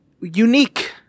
unique